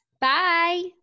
Bye